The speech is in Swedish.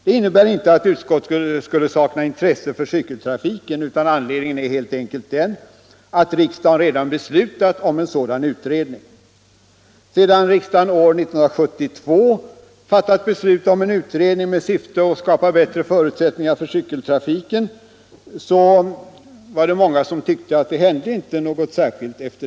Det innebär inte att utskottet skulle sakna intresse för cykeltrafiken, utan anledningen är helt enkelt den att riksdagen redan beslutat om en sådan utredning. Sedan riksdagen år 1972 fattade beslut om en utredning med syfte att skapa bättre förutsättningar för cykeltrafiken var det många som tyckte att det inte hände något särskilt.